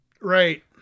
Right